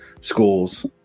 schools